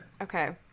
okay